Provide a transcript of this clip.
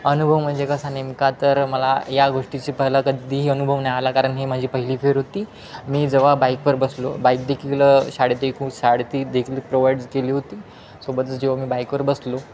अनुभव म्हणजे कसा नेमका तर मला या गोष्टीची पहिला कधीही अनुभव नाही आला कारण ही माझी पहिली फेरी होती मी जेव्हा बाईकवर बसलो बाईक देखील शाडेती खू शाडेती देखील प्रोवाइड केली होती सोबतच जेव्हा मी बाईकवर बसलो